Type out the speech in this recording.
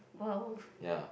!wow!